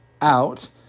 out